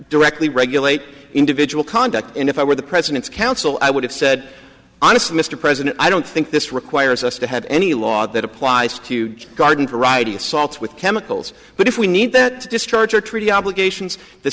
directly regulate individual conduct and if i were the president's counsel i would have said honestly mr president i don't think this requires us to have any law that applies to garden variety assaults with chemicals but if we need that discharge or treaty obligations the